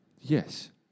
Yes